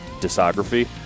discography